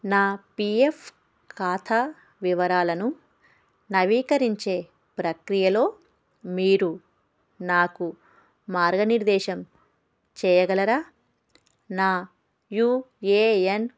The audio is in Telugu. నా పీ ఎఫ్ ఖాతా వివరాలను నవీకరించే ప్రక్రియలో మీరు నాకు మార్గనిర్దేశం చేయగలరా నా యూ ఏ ఎన్